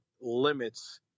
limits